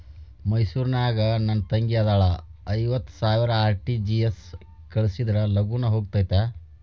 ಮೈಸೂರ್ ನಾಗ ನನ್ ತಂಗಿ ಅದಾಳ ಐವತ್ ಸಾವಿರ ಆರ್.ಟಿ.ಜಿ.ಎಸ್ ಕಳ್ಸಿದ್ರಾ ಲಗೂನ ಹೋಗತೈತ?